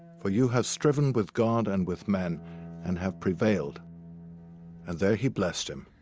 for you have striven with god and with man and have prevailed and there he blessed him.